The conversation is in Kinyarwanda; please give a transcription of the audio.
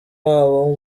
wabo